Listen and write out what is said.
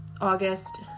August